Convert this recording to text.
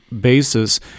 basis